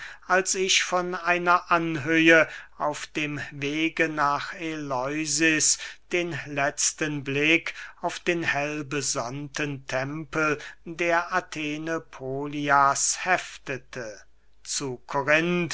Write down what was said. als ich von einer anhöhe auf dem wege nach eleusis den letzten blick auf den hellbesonnten tempel der athene polias heftete zu